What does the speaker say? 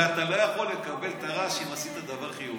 הרי אתה לא יכול לקבל טר"ש אם עשית דבר חיובי.